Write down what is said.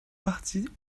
partie